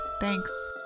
thanks